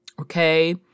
Okay